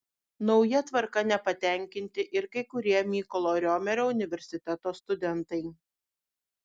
nauja tvarka nepatenkinti ir kai kurie mykolo romerio universiteto studentai